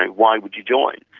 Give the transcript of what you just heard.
and why would you join?